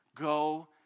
go